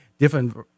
Different